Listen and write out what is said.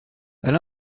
elle